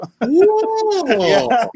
whoa